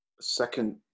second